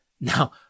Now